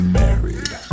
married